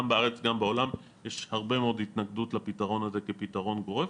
גם בארץ וגם בעולם יש הרבה מאוד התנגדות לפתרון הזה כפתרון גורף,